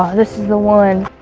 ah this is the one.